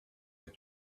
had